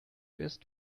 ist